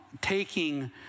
taking